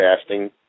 fasting